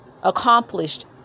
accomplished